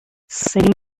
cem